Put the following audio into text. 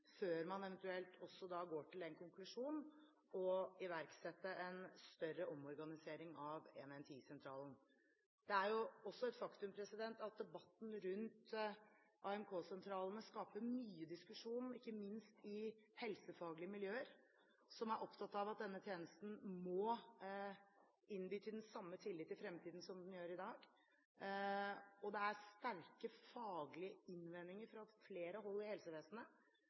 før man eventuelt går til den konklusjon å iverksette en større omorganisering av 110-sentralen? Det er også et faktum at debatten rundt AMK-sentralene skaper mye diskusjon, ikke minst i helsefaglige miljøer som er opptatt av at denne tjenesten må innby til den samme tillit i fremtiden som den gjør i dag, og det er sterke faglige innvendinger fra flere hold i helsevesenet